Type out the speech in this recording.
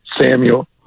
Samuel